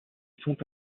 sont